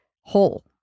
whole